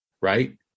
Right